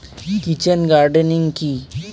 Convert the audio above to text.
Kitchen gardening কি?